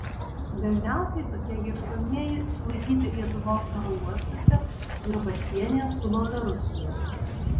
dažniausiai tokie ieškomieji sulaikyti lietuvos oro uostuose ir pasienyje su baltarusija